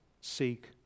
seek